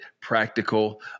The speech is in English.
practical